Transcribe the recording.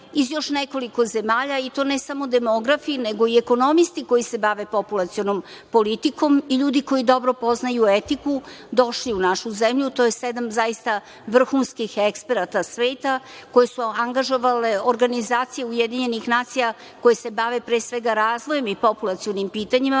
iz još nekoliko zemalja, i to ne samo demografi, nego i ekonomisti koji se bave populacionom politikom i ljudi koji dobro poznaju etiku, došli u našu zemlju. To je sedam zaista vrhunskih eksperata sveta koje su angažovale organizacije UN, koje se bave, pre svega, razvojem i populacionim pitanjima.